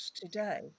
today